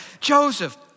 Joseph